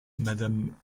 madame